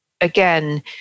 again